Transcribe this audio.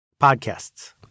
Podcasts